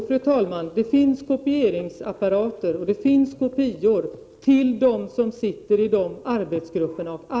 Fru talman! Jo, det finns kopieringsapparater och kopior till dem som deltar i de arbetsgrupperna.